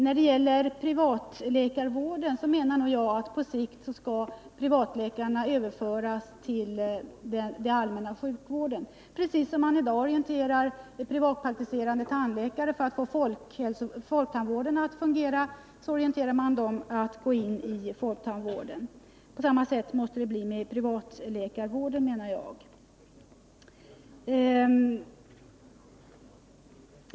När det gäller privatläkarvården menar jag att privatläkarna på sikt måste överföras till den allmänna sjukvården, på samma sätt som man i dag för att få folktandvården att fungera orienterar privatpraktiserande tandläkare över till den verksamheten.